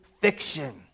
fiction